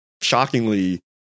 shockingly